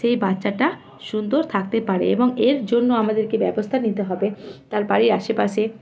সেই বাচ্চাটা সুন্দর থাকতে পারে এবং এর জন্য আমাদেরকে ব্যবস্থা নিতে হবে তার বাড়ির আশেপাশে